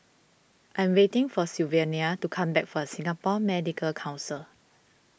I am waiting for Sylvania to come back from Singapore Medical Council